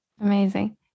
Amazing